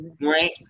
right